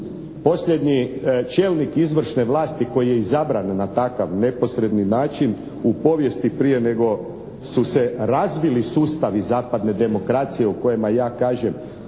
posljednji čelnik izvršne vlasti koji je izabran na takav neposredni način u povijesti prije nego su se razvili sustavi zapadne demokracije u kojima, ja kažem,